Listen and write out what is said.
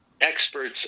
experts